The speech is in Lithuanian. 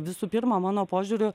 visų pirma mano požiūriu